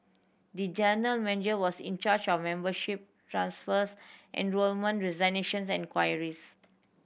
the general manager was in charge of membership transfers enrolment resignations and queries